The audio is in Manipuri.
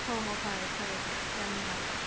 ꯍꯣꯏ ꯍꯣꯏ ꯐꯔꯦ ꯐꯔꯦ ꯑꯗꯨꯗꯤ ꯌꯥꯝ ꯅꯨꯡꯉꯥꯏꯖꯔꯦ